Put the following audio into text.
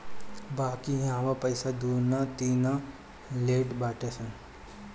बाकी इहवा पईसा दूना तिना लेट बाटे सन